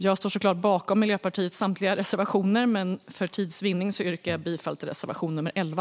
Jag står såklart bakom Miljöpartiets samtliga reservationer, men för tids vinnande yrkar jag bifall endast till reservation 11.